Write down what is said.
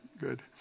good